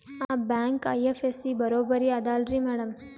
ಆ bank IFSC ಬರೊಬರಿ ಅದಲಾರಿ ಮ್ಯಾಡಂ?